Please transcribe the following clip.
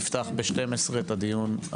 הישיבה ננעלה בשעה 11:30.